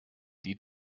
die